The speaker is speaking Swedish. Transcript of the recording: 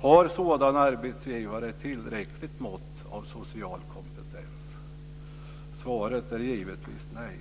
Har sådana arbetsgivare ett tillräckligt mått av social kompetens? Svaret är givetvis nej.